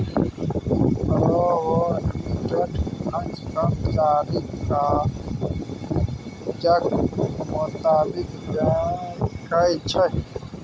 provident fund कर्मचारीक काजक मोताबिक बिकै छै